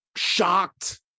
Shocked